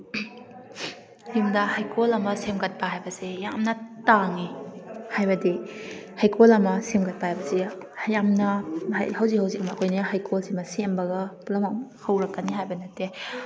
ꯌꯨꯝꯗ ꯍꯩꯀꯣꯜ ꯑꯃ ꯁꯦꯝꯒꯠꯄ ꯍꯥꯏꯕꯁꯦ ꯌꯥꯝꯅ ꯇꯥꯡꯉꯤ ꯍꯥꯏꯕꯗꯤ ꯍꯩꯀꯣꯜ ꯑꯃ ꯁꯦꯝꯒꯠꯄ ꯍꯥꯏꯕꯁꯤ ꯌꯥꯝꯅ ꯍꯧꯖꯤꯛ ꯍꯧꯖꯤꯛꯃꯛ ꯑꯩꯈꯣꯏꯅ ꯍꯩꯀꯣꯜꯁꯤꯃ ꯁꯦꯝꯕꯒ ꯄꯨꯝꯅꯃꯛ ꯍꯧꯔꯛꯀꯅꯤ ꯍꯥꯏꯕ ꯅꯠꯇꯦ